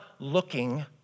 Looking